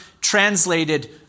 translated